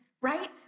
right